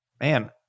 Man